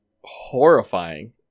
horrifying